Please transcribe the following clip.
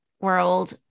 world